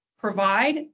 provide